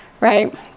right